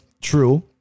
True